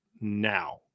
now